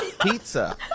pizza